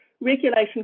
Regulation